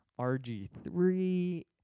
RG3